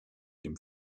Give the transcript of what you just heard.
dem